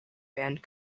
band